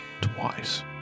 twice